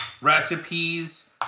recipes